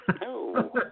No